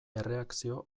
erreakzio